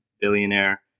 billionaire